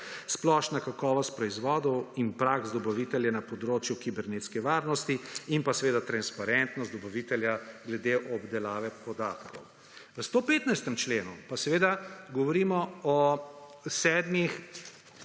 splošna kakovost proizvodov in praks dobaviteljev na področju kibernetske varnosti in pa seveda transparentnost dobavitelja glede obdelave podatkov. V 115. členu pa seveda govorimo o 42.